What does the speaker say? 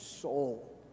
soul